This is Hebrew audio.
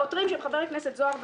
זה פיליבסטר?